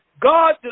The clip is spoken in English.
God